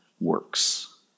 works